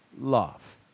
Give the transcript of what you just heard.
love